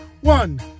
one